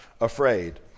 afraid